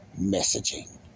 messaging